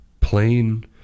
plain